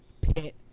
pit